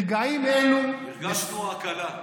ברגעים אלו, הרגשנו הקלה.